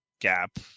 gap